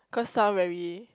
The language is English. cause sound very